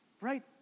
right